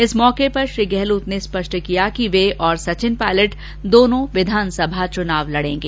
इस अवसर पर श्री गहलोत ने स्पष्ट किया कि वे और सचिन पायलट दोनों विधानसभा का चुनाव लडेंगे